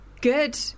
Good